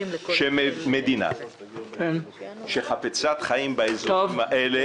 חושב שמדינה שהיא חפצת חיים באזורים האלה,